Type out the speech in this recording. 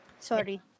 Sorry